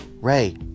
Ray